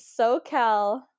SoCal